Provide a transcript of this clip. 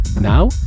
Now